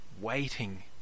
waiting